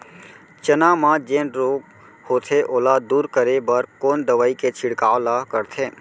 चना म जेन रोग होथे ओला दूर करे बर कोन दवई के छिड़काव ल करथे?